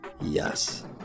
Yes